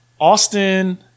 Austin